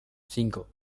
cinco